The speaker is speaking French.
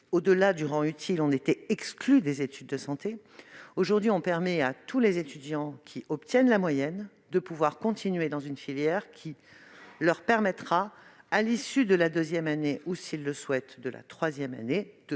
au-delà du rang utile, on était exclu des études de santé, on permet aujourd'hui à tous les étudiants qui obtiennent la moyenne de continuer dans une filière qui leur permettra, à l'issue de la deuxième année ou, s'ils le souhaitent, de la troisième,